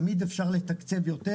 תמיד אפשר לתקצב יותר,